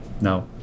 now